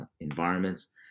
environments